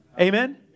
Amen